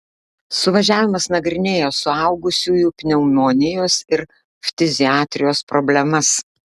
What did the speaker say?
suvažiavimas nagrinėjo suaugusiųjų pneumonijos ir ftiziatrijos problemas